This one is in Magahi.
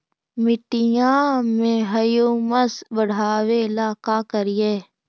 मिट्टियां में ह्यूमस बढ़ाबेला का करिए?